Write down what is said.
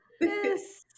Yes